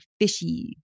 fishy